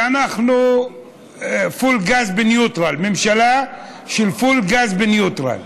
שאנחנו פול גז בניוטרל, ממשלה של פול גז בניוטרל.